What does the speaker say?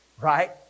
right